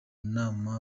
nama